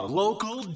local